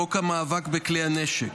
חוק המאבק בכלי הנשק,